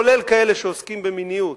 כולל כאלה שעוסקים במיניות,